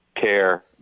care